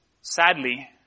Sadly